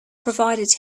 provided